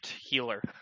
healer